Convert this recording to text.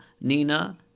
Nina